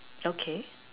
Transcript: okay